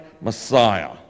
Messiah